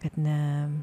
kad ne